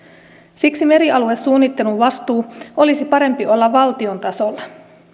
siksi merialuesuunnittelun vastuun olisi parempi olla valtion tasolla